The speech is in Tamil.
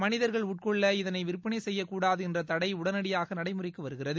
மனிதர்கள் உட்கொள்ள இதனை விற்பனை செய்யக்கூடாதென்ற தடை உடனடியாக நடைமுறைக்கு வருகிறது